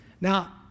Now